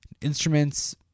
instruments